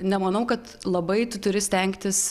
nemanau kad labai tu turi stengtis